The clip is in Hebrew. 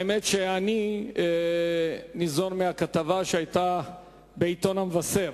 האמת היא שאני ניזון מהכתבה שהיתה בעיתון "המבשר"